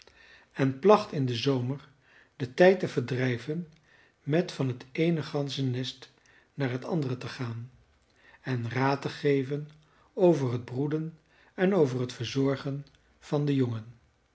en placht in den zomer den tijd te verdrijven met van het eene ganzennest naar het andere te gaan en raad te geven over t broeden en over t verzorgen van de jongen